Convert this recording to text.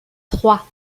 trois